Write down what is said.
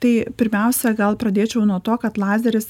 tai pirmiausia gal pradėčiau nuo to kad lazeris